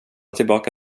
tillbaka